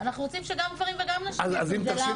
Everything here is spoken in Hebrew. אנחנו רוצים שגם גברים וגם נשים יעשו את זה כדי